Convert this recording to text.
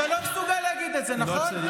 אתה לא מסוגל להגיד את זה, נכון?